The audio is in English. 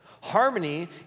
Harmony